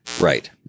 Right